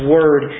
Word